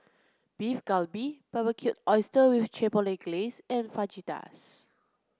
Beef Galbi Barbecued Oysters with Chipotle Glaze and Fajitas